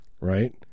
Right